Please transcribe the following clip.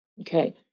Okay